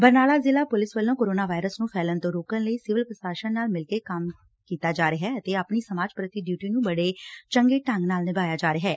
ਬਰਨਾਲਾ ਜ਼ਿਲ੍ਹਾ ਪੁਲਿਸ ਵੱਲੋਂ corona virus ਨੂੰ ਫੈਲਣ ਤੋਂ ਰੋਕਣ ਲਈ ਸਿਵਲ ਪ੍ਸਾਸ਼ਨ ਨਾਲ ਮਿਲਕੇ ਕੰਮ ਕੀਤਾ ਜਾ ਰਿਹੈ ਅਤੇ ਆਪਣੀ ਸਮਾਜ ਪ੍ਰਤੀ ਡਿਉਟੀ ਨੂੰ ਬੜੇ ਚੰਗੇ ਢੰਗ ਨਾਲ ਨਿਭਾਇਆ ਜਾ ਰਿਹੈ